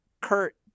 Kurt